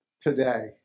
today